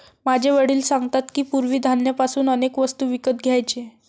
माझे वडील सांगतात की, पूर्वी धान्य पासून अनेक वस्तू विकत घ्यायचे